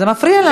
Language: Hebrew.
זה מפריע לנו.